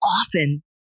often